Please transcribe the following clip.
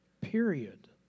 period